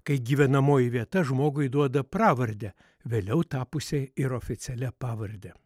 kai gyvenamoji vieta žmogui duoda pravardę vėliau tapusia ir oficialia pavarde